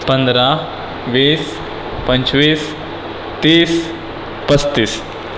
पंधरा वीस पंचवीस तीस पस्तीस